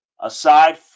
Aside